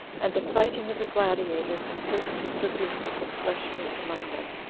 and the fighting of the gladiators, and certain distributions of flesh-meat among them,